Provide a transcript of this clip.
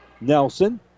Nelson